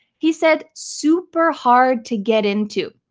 he said, super hard to get into.